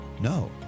no